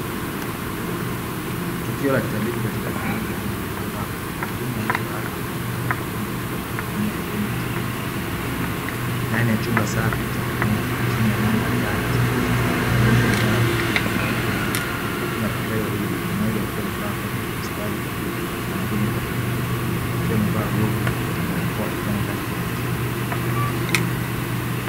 Tukio la kitabibu katika kliniki ya meno ambapo wahudumu wawili wa afya wamejikita kwa makini katika kumufanyia mgonjwa uchunguzi wa kina wa meno, ndani ya chumba safi cha kliniki chini ya mwanga wa taa ya uchunguzi ugonjwa umelala kwa utulivu kwenye kiti maalumu, huku madaktari wawili mmoja akiwa amevaa koti upasuaji la bluu na mwingine koti jeupe wakiwa wamevaa glavu na barakoa wakifanya kazi kwa umakini.